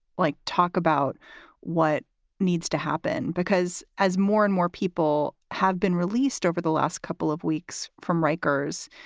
like talk about what needs to happen, because as more and more people have been released over the last couple of weeks from rikers,